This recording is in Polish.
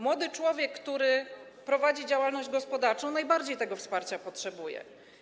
Młody człowiek, który prowadzi działalność gospodarczą, najbardziej tego wsparcia potrzebuje.